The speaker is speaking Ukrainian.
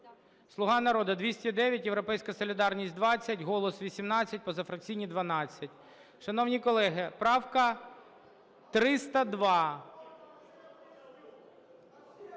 "Слуга народу" - 209, "Європейська солідарність" – 20, "Голос" – 18, позафракційні – 12. Шановні колеги, правка 302.